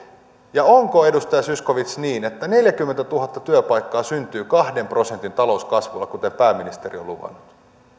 vuodessa onko edustaja zyskowicz niin että neljäkymmentätuhatta työpaikkaa syntyy kahden prosentin talouskasvulla kuten pääministeri on luvannut